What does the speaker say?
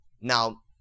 Now